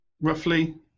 roughly